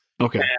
Okay